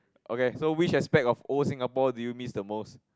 okay whi~ which aspect of old Singapore do you miss the most